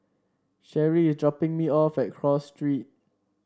Sherrie is dropping me off at Cross Street